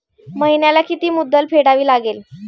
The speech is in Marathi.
महिन्याला किती मुद्दल फेडावी लागेल?